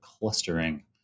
clustering